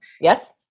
Yes